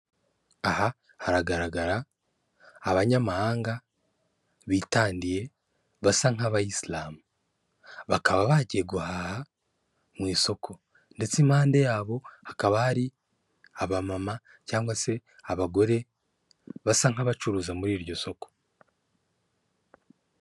Aha haragaragara abanyamahanga bitandiye basa nk'abayisilamu bakaba bagiye guhaha mu isoko ndetse impande yabo hakaba hari abamama cyangwa se abagore basa nk'abacuruza muri iryo soko.